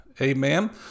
amen